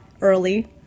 early